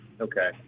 Okay